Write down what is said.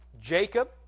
Jacob